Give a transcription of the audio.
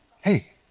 hey